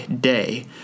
day